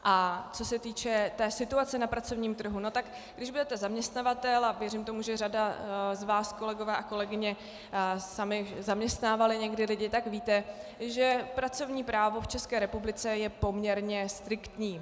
A co se týče situace na pracovním trhu, tak když budete zaměstnavatel, a věřím tomu, že řada z vás, kolegové a kolegyně, jste sami zaměstnávali někdy lidi, tak víte, že pracovní právo v České republice je poměrně striktní.